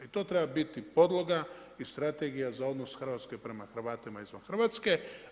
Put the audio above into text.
I to treba biti podloga i strategija za odnos Hrvatske prema Hrvatima izvan Hrvatske.